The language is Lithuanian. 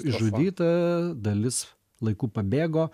išžudyta dalis laiku pabėgo